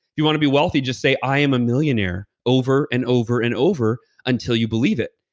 you want to be wealthy just say i am a millionaire over and over and over until you believe it.